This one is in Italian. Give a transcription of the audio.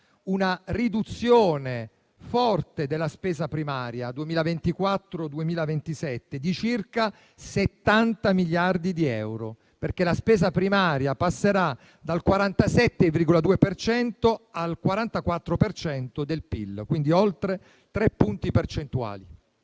una riduzione forte della spesa primaria 2024-2027 di circa 70 miliardi di euro, perché la spesa primaria passerà dal 47,2 per cento al 44 per cento del PIL (oltre tre punti percentuali).